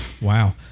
wow